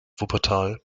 wuppertal